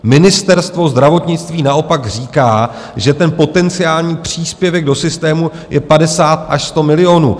Ministerstvo zdravotnictví naopak říká, že potenciální příspěvek do systému je 50 až 100 milionů.